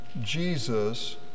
Jesus